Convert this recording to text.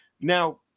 Now